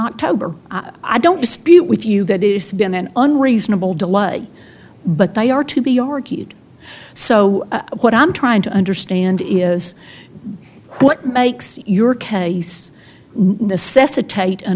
october i don't dispute with you that it's been an unreasonable delay but they are to be argued so what i'm trying to understand is what makes your case necessitate an